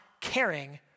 caring